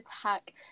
attack